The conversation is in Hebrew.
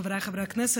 חבריי חברי הכנסת,